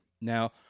Now